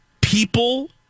people